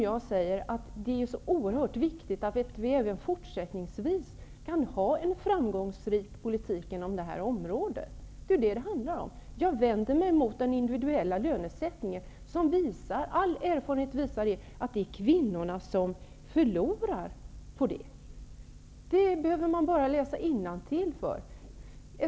Jag säger att det är oerhört viktigt att vi även fortsättningsvis kan föra en framgångsrik politik på detta område. Det är detta som det handlar om. Jag vänder mig mot den individuella lönesättningen. All erfarenhet visar att det är kvinnorna som förlorar på individuell lönesättning. Detta kan man läsa innantill om.